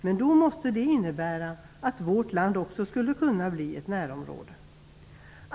Men då måste det innebära att vårt land också skulle kunna bli ett närområde.